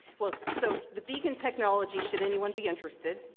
well, so the vegan technology should anyone be interested,